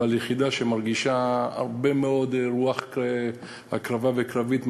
אבל יחידה שמרגישה הרבה מאוד רוח הקרבה וקרביות,